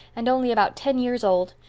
and only about ten years old.